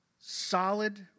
solid